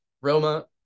Roma